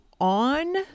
on